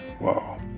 Wow